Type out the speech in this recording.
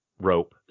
Rope